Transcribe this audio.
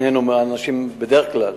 ששנינו אנשים בדרך כלל